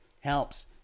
helps